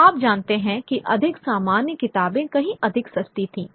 आप जानते हैं कि अधिक सामान्य किताबें कहीं अधिक सस्ती थीं